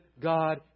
God